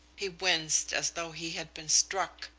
he winced as though he had been struck,